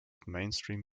mainstream